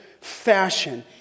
fashion